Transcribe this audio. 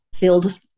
build